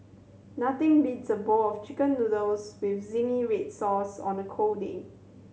nothing beats a bowl of Chicken Noodles with zingy red sauce on a cold day